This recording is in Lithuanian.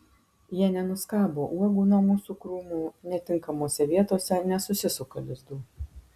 jie nenuskabo uogų nuo mūsų krūmų netinkamose vietose nesusisuka lizdų